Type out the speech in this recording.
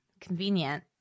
convenient